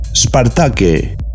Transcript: Spartake